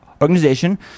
organization